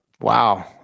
Wow